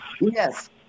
Yes